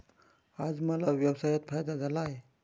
आज मला व्यवसायात फायदा झाला आहे